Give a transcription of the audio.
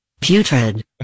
putrid